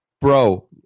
bro